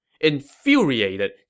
Infuriated